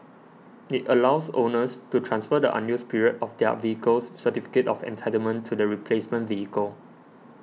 it allows owners to transfer the unused period of their vehicle's certificate of entitlement to the replacement vehicle